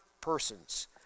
persons